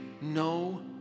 no